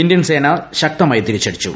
Indian സേന ശക്തമായി തിരിച്ചടിച്ചു